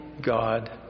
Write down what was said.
God